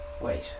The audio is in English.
Wait